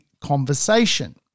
conversation